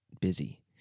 busy